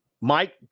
Mike